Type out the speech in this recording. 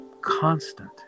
constant